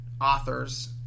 authors